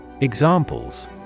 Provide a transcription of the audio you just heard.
Examples